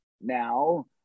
now